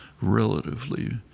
relatively